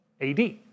AD